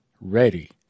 ready